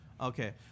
Okay